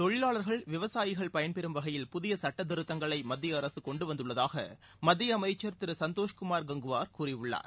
தொழிலாளர்கள் விவசாயிகள் பயன் பெறும் வகையில் புதிய சுட்டத்திருத்தங்களை மத்திய அரசு கொண்டு வந்துள்ளதாக மத்திய அமைச்சர் திரு சந்தோஷ் குமார் கங்க்வார் கூறியுள்ளார்